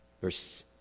Verse